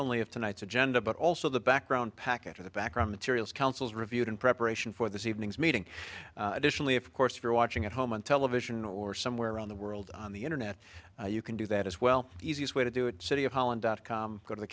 only of tonight's agenda but also the background package of the background materials council's review in preparation for this evening's meeting additionally of course for watching at home on television or somewhere around the world on the internet you can do that as well the easiest way to do it city of holland dot com go to the